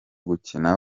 gukina